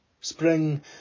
Spring